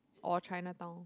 or Chinatown